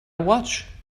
watch